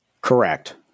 Correct